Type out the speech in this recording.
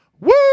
woo